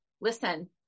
listen